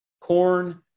corn